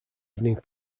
evening